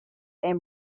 and